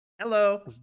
Hello